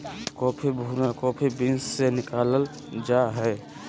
coffee भुनल coffee beans से निकालल जा हइ